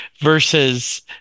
versus